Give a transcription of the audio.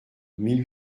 mille